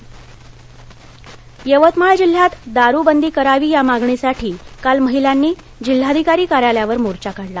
मोर्चा यवतमाळ यवतमाळ जिल्ह्यात दारुबंदी करावी या मागणीसाठी काल महिलांनी जिल्हाधिकारी कार्यालयावर मोर्चा काढला